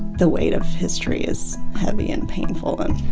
the we ight of history is heavy and painfu l and